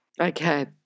Okay